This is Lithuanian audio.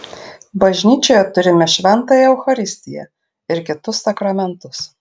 bažnyčioje turime šventąją eucharistiją ir kitus sakramentus